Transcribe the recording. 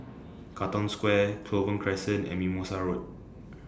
Katong Square Clover Crescent and Mimosa Road